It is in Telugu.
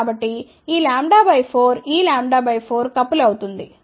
కాబట్టి ఈ λ 4 ఈ λ 4 కపుల్ అవుతుంది